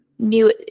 new